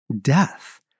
death